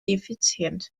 effizient